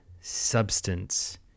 substance